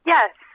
Yes